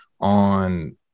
on